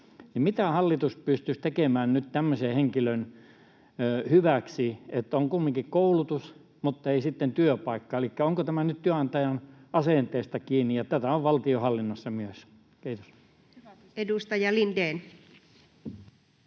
Mitä hallitus pystyisi tekemään nyt tämmöisen henkilön hyväksi, jolla on kumminkin koulutus mutta ei sitten työpaikkaa? Elikkä onko tämä nyt työnantajan asenteesta kiinni? Ja tätä on valtionhallinnossa myös. — Kiitos. [Speech 303]